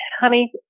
honey